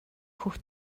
хөх